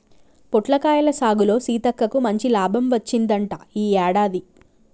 పొట్లకాయల సాగులో సీతక్కకు మంచి లాభం వచ్చిందంట ఈ యాడాది